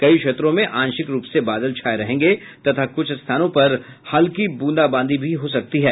कई क्षेत्रों में आंशिक रूप से बादल छाये रहेंगे तथा कुछ स्थानों पर हल्की ब्रूंदाबादी भी हो सकती है